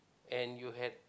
and you had